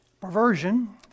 Perversion